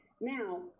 now